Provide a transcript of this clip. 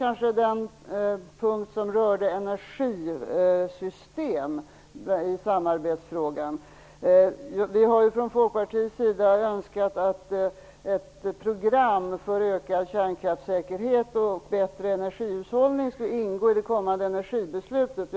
För det första gäller det den punkt i samarbetsfrågan som rör energisystem. Vi i Folkpartiet har önskat att ett program för ökad kärnkraftssäkerhet och bättre energihushållning skulle ingå i det kommande energibeslutet.